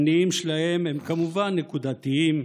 המניעים שלהם הם כמובן נקודתיים,